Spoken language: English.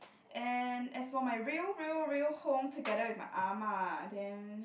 and as for my real real real home together with my ah-ma then